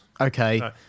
Okay